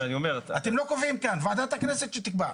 אתם לא קובעים כאן, ועדת הכנסת היא שתקבע.